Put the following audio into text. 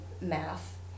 math